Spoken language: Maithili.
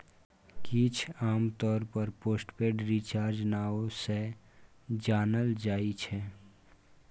किछ आमतौर पर पोस्ट पेड रिचार्ज नाओ सँ जानल जाइ छै